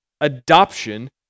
adoption